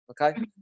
okay